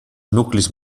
nuclis